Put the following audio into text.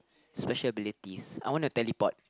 special abilities I want to teleport